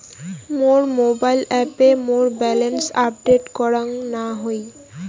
মোর mobile অ্যাপে মোর balance update করাং না হই